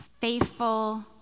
faithful